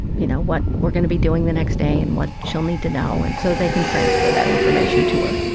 you know, what we're going to be doing the next day and what she'll need to know and so they can transfer that information to her